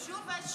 "שוב ושוב".